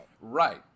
Right